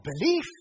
belief